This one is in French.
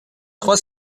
trois